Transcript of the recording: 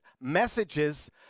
messages